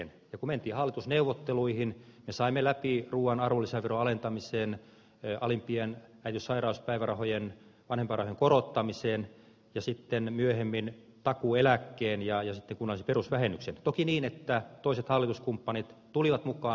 kun mentiin hallitusneuvotteluihin me saimme läpi ruuan arvonlisäveron alentamisen alimpien äitiys ja sairauspäivärahojen vanhempainrahojen korottamisen ja sitten myöhemmin takuueläkkeen ja sitten kunnallisen perusvähennyksen toki niin että toiset hallituskumppanit tulivat mukaan